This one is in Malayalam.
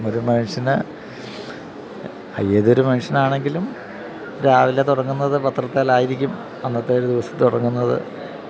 ഒരു മനുഷ്യന് ഏതൊരു മനുഷ്യനാണെങ്കിലും രാവിലെ തുടങ്ങുന്നത് പത്രത്തിലായിരിക്കും അന്നത്തെ ഒരു ദിവസം തുടങ്ങുന്നത്